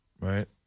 right